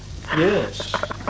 Yes